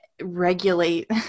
regulate